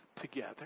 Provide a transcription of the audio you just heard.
together